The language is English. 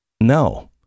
No